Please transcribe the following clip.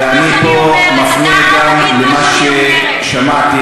ואני פה מפנה גם למה ששמעתי,